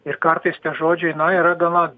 ir kartais tie žodžiai na yra gana